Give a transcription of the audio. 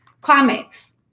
comics